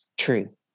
True